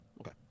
okay